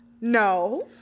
no